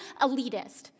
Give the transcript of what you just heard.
elitist